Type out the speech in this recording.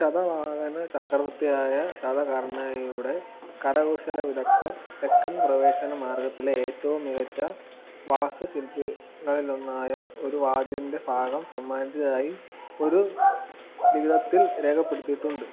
ശതവാഹന ചക്രവർത്തിയായ ശതകർണിയുടെ കരകൗശല വിദഗ്ധർ തെക്കൻ പ്രവേശന മാർഗത്തിലെ ഏറ്റവും മികച്ച വാസ്തു ശില്പങ്ങളിലൊന്നായ ഒരു വാതിലിൻ്റെ ഭാഗം സമ്മാനിച്ചതായി ഒരു ലിഖിതത്തിൽ രേഖപ്പെടുത്തിയിട്ടുണ്ട്